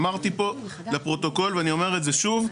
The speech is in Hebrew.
אמרתי פה לפרוטוקול ואני אומר את זה שוב,